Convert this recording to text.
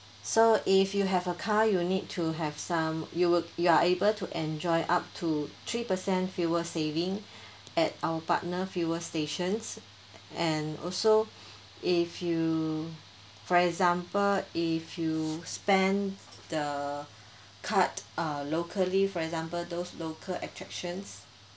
so if you have a car you need to have some you would you are able to enjoy up to three percent fuel saving at our partner fuel stations and also if you for example if you spend the card uh locally for example those local attractions